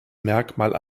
merkmal